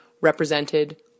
represented